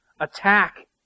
attack